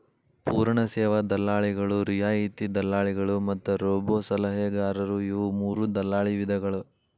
ಪೂರ್ಣ ಸೇವಾ ದಲ್ಲಾಳಿಗಳು, ರಿಯಾಯಿತಿ ದಲ್ಲಾಳಿಗಳು ಮತ್ತ ರೋಬೋಸಲಹೆಗಾರರು ಇವು ಮೂರೂ ದಲ್ಲಾಳಿ ವಿಧಗಳ